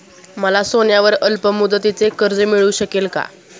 मला सोन्यावर अल्पमुदतीचे कर्ज मिळू शकेल का?